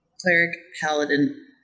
Cleric-paladin